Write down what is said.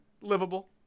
Livable